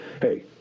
Hey